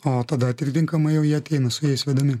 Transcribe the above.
o tada atitinkamai jau jie ateina su jais vedami